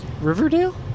Riverdale